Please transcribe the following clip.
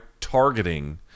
targeting